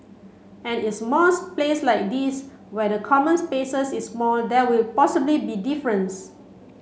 and in place like this where the common spaces is small there will possibly be difference